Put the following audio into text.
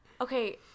Okay